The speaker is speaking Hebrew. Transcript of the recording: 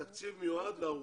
התקציב מיועד לארוחה אחת ביום.